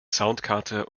soundkarte